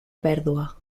pèrdua